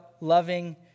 loving